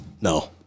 No